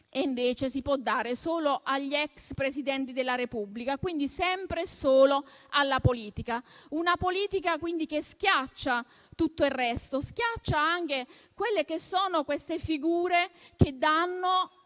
invece lo si potrà dare solo agli ex Presidenti della Repubblica; quindi sempre e solo alla politica. Una politica che schiaccia tutto il resto e schiaccia anche queste figure che danno